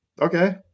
Okay